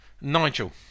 Nigel